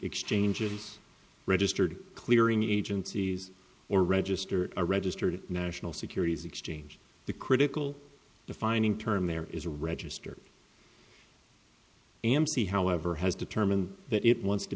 exchanges registered clearing agencies or register a registered national securities exchange the critical defining term there is a register amc however has determined that it wants to